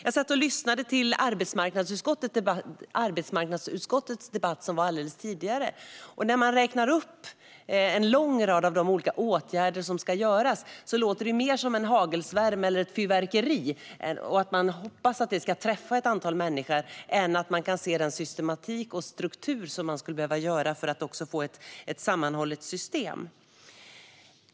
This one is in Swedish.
Jag lyssnade på arbetsmarknadsutskottets debatt här tidigare i dag. När man där räknar upp en lång rad olika åtgärder som ska vidtas låter det mer som en hagelsvärm eller ett fyrverkeri, som man hoppas ska träffa ett antal människor, snarare än som ett sammanhållet system med systematik och struktur.